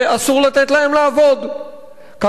כאשר אי-אפשר לגרש אותם, מצד אחד,